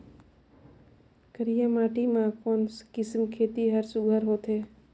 करिया माटी मा कोन किसम खेती हर सुघ्घर होथे?